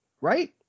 right